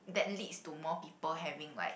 that leads to more people having like